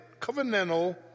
covenantal